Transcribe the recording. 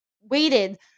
waited